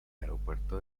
aeropuerto